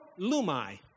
lumai